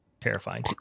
terrifying